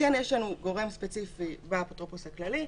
יש לנו גורם ספציפי באפוטרופוס הכללי,